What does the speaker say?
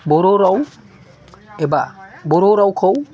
बर' राव एबा बर' रावखौ